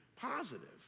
positive